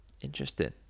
Interesting